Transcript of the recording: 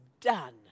done